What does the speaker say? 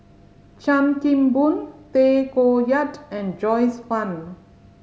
Chan Kim Boon Tay Koh Yat and Joyce Fan